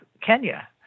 Kenya